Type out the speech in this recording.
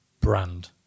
brand